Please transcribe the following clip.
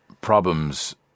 problems